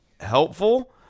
helpful